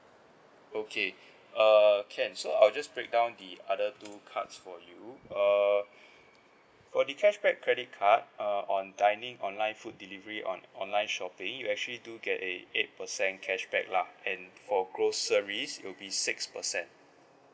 okay err can so I'll just break down the other two cards for you uh for the cashback credit card uh on dining online food delivery on online shopping you actually do get a eight percent cashback lah and for groceries it'll be six percent